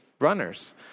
runners